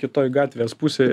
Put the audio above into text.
kitoj gatvės pusėj